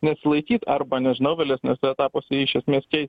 nesilaikyt arba nežinau vėlesniuose etapuose jį iš esmės keist